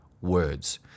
words